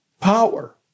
power